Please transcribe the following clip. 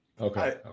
Okay